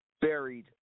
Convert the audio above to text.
buried